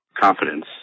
confidence